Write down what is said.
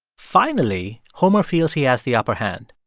finally, homer feels he has the upper hand.